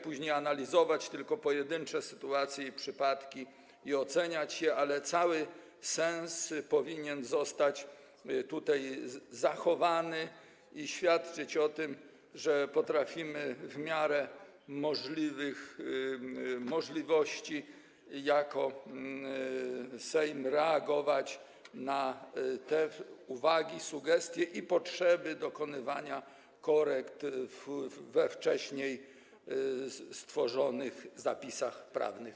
Później możemy analizować tylko pojedyncze sytuacje i przypadki i oceniać je, ale cały sens powinien zostać zachowany i świadczyć o tym, że potrafimy w miarę możliwości jako Sejm reagować na uwagi, sugestie i potrzeby dokonywania korekt we wcześniej stworzonych zapisach prawnych.